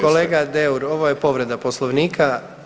Kolega Deur, ovo je povreda Poslovnika.